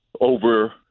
over –